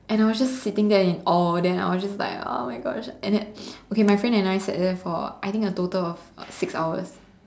and I was just sitting there in awe then I was just like oh my Gosh and then okay my friend and I sat there for I think a total of six hours